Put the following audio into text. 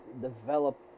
develop